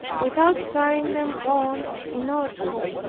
without carrying them on in order.